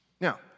Now